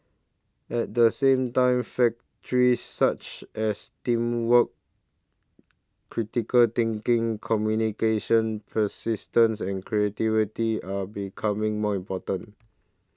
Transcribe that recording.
at the same time factors such as teamwork critical thinking communication persistence and creativity are becoming more important